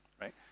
right